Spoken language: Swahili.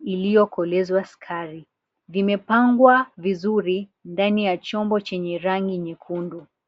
iliyokolezwa sukari. Vimepangwa vizuri ndani ya chombo chenye rangi nyekundu.